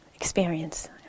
experience